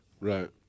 Right